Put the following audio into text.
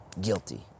guilty